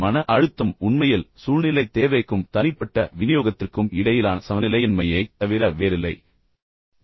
மன அழுத்தம் உண்மையில் சூழ்நிலை தேவைக்கும் தனிப்பட்ட விநியோகத்திற்கும் இடையிலான சமநிலையின்மையைத் தவிர வேறில்லை என்பதை நான் உங்களுக்குச் சொல்ல முயற்சித்தேன்